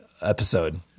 episode